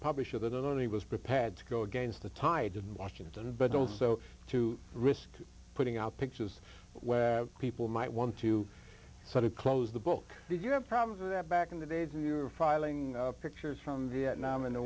only was prepared to go against the tide in washington but also to risk putting out pictures where people might want to sort of close the book did you have problems with that back in the days where you were filing pictures from vietnam in the